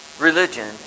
religion